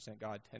God